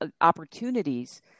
opportunities